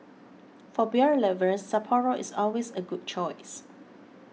for beer lovers Sapporo is always a good choice